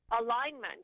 alignment